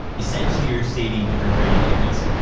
essentially, you're saving different granularities.